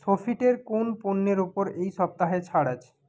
Sofit এর কোন পণ্যের ওপর এই সপ্তাহে ছাড় আছে